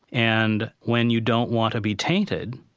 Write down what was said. and when you don't want to be tainted,